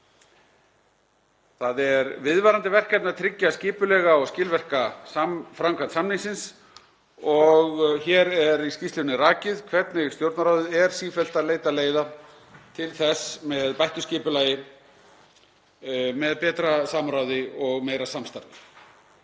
Það er viðvarandi verkefni að tryggja skipulega og skilvirka framkvæmd samningsins og hér í skýrslunni er rakið hvernig Stjórnarráðið er sífellt að leita leiða til þess með bættu skipulagi, betra samráði og meira samstarfi.